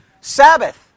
Sabbath